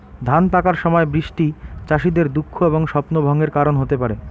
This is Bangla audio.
ধান পাকার সময় বৃষ্টি চাষীদের দুঃখ এবং স্বপ্নভঙ্গের কারণ হতে পারে